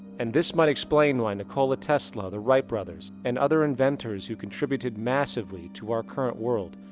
and this might explain why nikola tesla, the wright brothers, and other inventors who contributed massively to our current world.